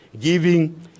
giving